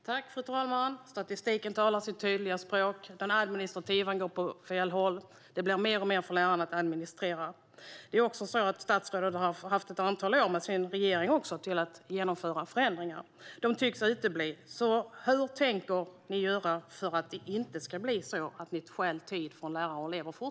Fru talman! Statistiken talar sitt tydliga språk. Det administrativa går åt fel håll. Det blir mer och mer för lärarna att administrera. Statsrådet har haft ett antal år med sin regering för att genomföra förändringar, men de tycks ha uteblivit. Hur tänker ni göra för att detta inte fortsättningsvis ska stjäla tid från lärare och elever?